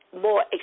more